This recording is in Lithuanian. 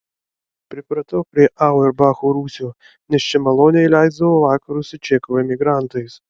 pripratau prie auerbacho rūsio nes čia maloniai leisdavau vakarus su čekų emigrantais